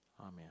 Amen